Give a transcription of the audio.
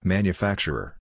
Manufacturer